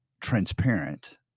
transparent